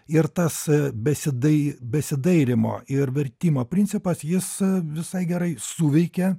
ir tas besidai besidairymo ir vertimo principas jis visai gerai suveikia